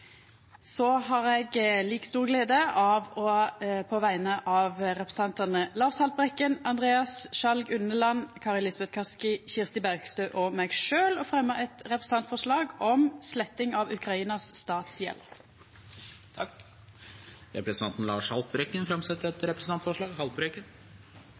Så har jeg like stor glede av å framsette et representantforslag på vegne av representantene Lars Haltbrekken, Andreas Sjalg Unneland, Kari Elisabeth Kaski, Kirsti Bergstø og meg selv om sletting av Ukrainas statsgjeld. Representanten Lars Haltbrekken